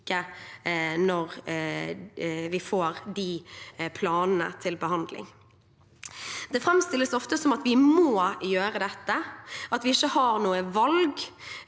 når vi får disse planene til behandling. Det framstilles ofte som at vi må gjøre dette, at vi ikke har noe valg,